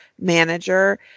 manager